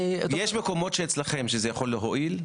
אצלכם יש מקומות שזה יכול להועיל?